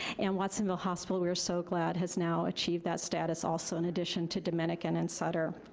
and watsonville hospital, we are so glad, has now achieved that status, also in addition to dominican and sutter.